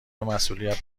مسئولیت